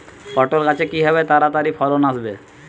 পটল গাছে কিভাবে তাড়াতাড়ি ফলন আসবে?